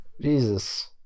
Jesus